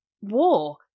War